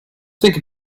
think